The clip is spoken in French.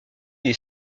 les